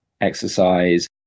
exercise